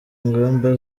ngamba